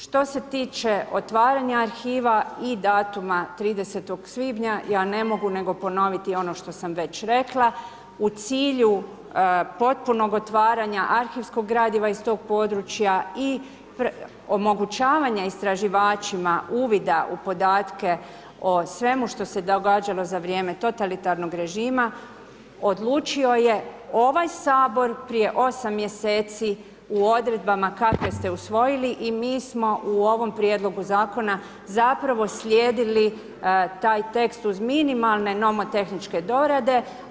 Što se tiče otvaranja arhiva i datuma 30. svibnja ja ne mogu nego ponoviti ono što sam već rekla u cilj potpunog otvaranja arhivskog gradiva iz tog područja i omogućavanja istraživačima uvida u podatke o svemu što se događalo za vrijeme totalitarnog režima odlučio je ovaj Sabor prije osam mjeseci u odredbama kakve ste usvojili i mi smo u ovom prijedlogu zakona zapravo slijedili taj tekst uz minimalne nomotehničke dorade.